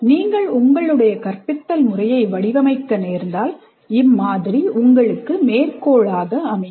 நீங்கள் உங்களுடைய கற்பித்தல் முறையை வடிவமைக்க நேர்ந்தால் இம்மாதிரி உங்களுக்கு மேற்கோளாக அமையும்